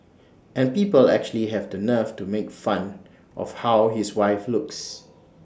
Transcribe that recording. and people actually have the nerve to make fun of how his wife looks